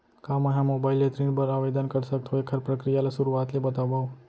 का मैं ह मोबाइल ले ऋण बर आवेदन कर सकथो, एखर प्रक्रिया ला शुरुआत ले बतावव?